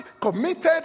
committed